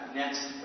next